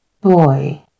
boy